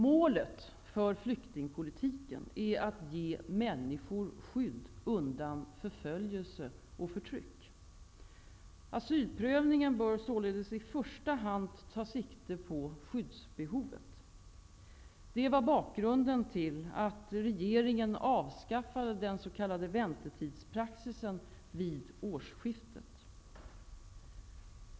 Målet för flyktingpolitiken är att ge människor skydd undan förföljelse och förtryck. Asylprövningen bör således i första hand ta sikte på skyddsbe hovet. Det var bakgrunden till att regeringen avskaffade den s.k. väntetidspraxisen vid årsskiftet.